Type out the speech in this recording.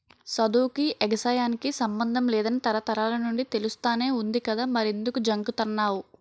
సదువుకీ, ఎగసాయానికి సమ్మందం లేదని తరతరాల నుండీ తెలుస్తానే వుంది కదా మరెంకుదు జంకుతన్నావ్